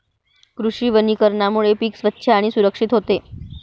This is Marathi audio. कृषी वनीकरणामुळे पीक स्वच्छ आणि सुरक्षित होते